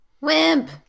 Wimp